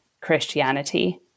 Christianity